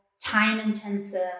time-intensive